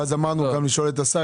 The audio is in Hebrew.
ואז אמרנו גם לשאול את השר,